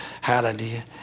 Hallelujah